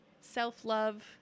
self-love